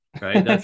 right